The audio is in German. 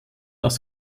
aus